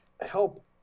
help